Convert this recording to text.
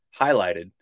highlighted